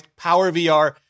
PowerVR